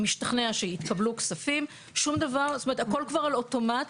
הכול כבר על אוטומט,